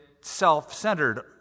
self-centered